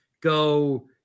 go